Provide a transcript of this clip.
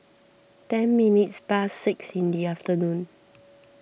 ten minutes past six in the afternoon